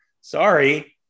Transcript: Sorry